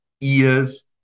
ears